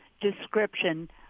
description